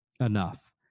enough